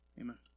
Amen